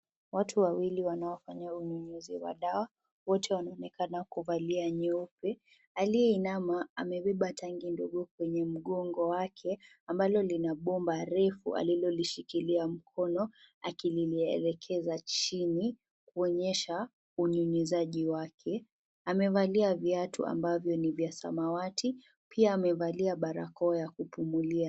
Watu wawili wanaofanya unyunyuzi wa dawa, wote wanaonekana kuvalia nyeupe. aliye inama amebeba tangi ndogo kwenye mgongo wake ambalo linabomba refu alilolishikilia mkono akilielekeza chini kuonyesha unyunyuzaji wake. Amevalia viatu ambavyo ni vya samawati. Pia amevalia barakoa ya kupumulia.